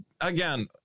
Again